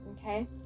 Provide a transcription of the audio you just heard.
okay